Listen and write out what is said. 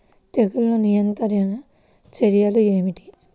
తెగులు నియంత్రణ చర్యలు ఏమిటి?